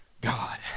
God